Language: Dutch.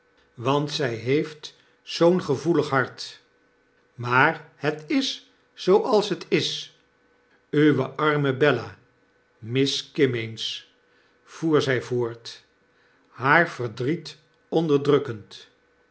want zg heeft zoo'n gevoelig hart maar het is zooals t is uwe arme bella miss kimmeens voer zjj voort haar verdriet onderdrukkend